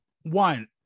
one